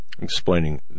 explaining